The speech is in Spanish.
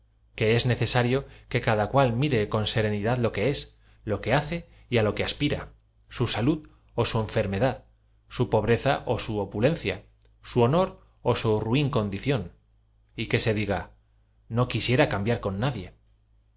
que es necesario que cada cual mire con seredidad lo que es lo que hace y á lo que aspira su sa lad ó su enfermedad su pobreza ó sa opulencia su honor ó su ruin condición y que se diga y ó guisúra camáiar con nadie